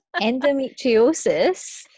Endometriosis